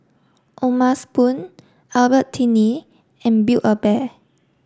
O'ma spoon Albertini and build a bear